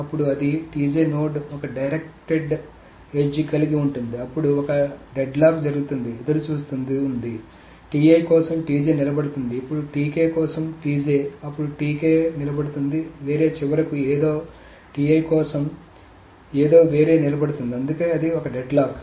అప్పుడు అది నోడ్ ఒక డైరెక్ట్డ్ ఎడ్జ్ కలిగి ఉంటుంది ఇప్పుడు ఒక డెడ్లాక్ జరుగుతుంది ఎదురుచూస్తోంది ఉంది కోసం నిలబడుతుంది ఇప్పుడు కోసం అప్పుడు నిలబడుతుంది వేరే చివరకు ఏదో కోసం ఏదో వేరే నిలబడుతుంది అందుకే అది ఒక డెడ్లాక్